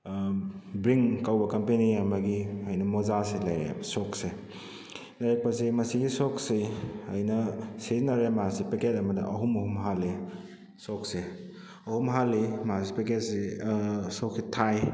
bring ꯀꯧꯕ company ꯑꯃꯒꯤ ꯑꯩꯅ ꯃꯣꯖꯥꯁꯤ ꯂꯩꯔꯛꯑꯦꯕ ꯁꯣꯛꯁꯦ ꯂꯩꯔꯛꯄꯁꯦ ꯃꯁꯤꯒꯤ ꯁꯣꯛꯁꯤ ꯑꯩꯅ ꯁꯤꯖꯤꯟꯅꯔꯦ ꯃꯥꯁꯦ ꯄꯦꯀꯦꯠ ꯑꯃꯗ ꯑꯍꯨꯝ ꯑꯍꯨꯝ ꯍꯥꯜꯂꯦ ꯁꯣꯛꯁꯦ ꯑꯍꯨꯝ ꯍꯥꯜꯂꯤ ꯃꯥꯁꯤ ꯄꯦꯀꯦꯠꯁꯤ ꯁꯣꯛꯁꯤ ꯊꯥꯏ